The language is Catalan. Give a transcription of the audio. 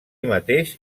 mateix